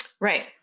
Right